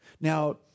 Now